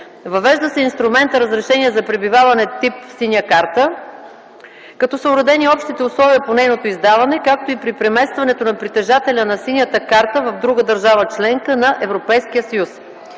Въвежда се инструментът „разрешение за пребиваване тип „синя карта”, като са уредени общите условия по нейното издаване, както и при преместването на притежателя на „синята карта” в друга държава - членка на Европейския съюз.